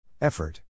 Effort